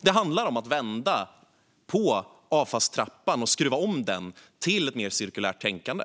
Det handlar om att vända på avfallstrappan och skruva om den till ett mer cirkulärt tänkande.